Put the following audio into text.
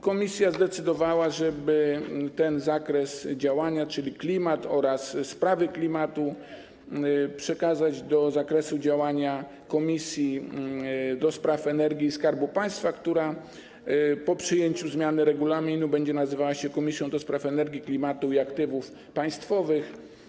Komisja zdecydowała, żeby ten zakres działania, czyli klimat oraz sprawy klimatu, przekazać do zakresu działania Komisji do Spraw Energii i Skarbu Państwa, która po przyjęciu zmiany regulaminu będzie nazywała się Komisją do Spraw Energii, Klimatu i Aktywów Państwowych.